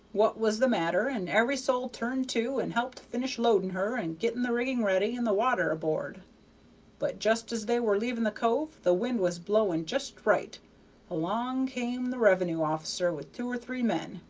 what was the matter, and every soul turned to and helped finish loading her and getting the rigging ready and the water aboard but just as they were leaving the cove the wind was blowing just right along came the revenue officer with two or three men,